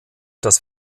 das